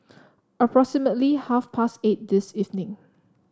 approximately half past eight this evening